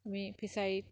আমি ফিছাৰীত